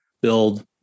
build